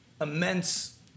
immense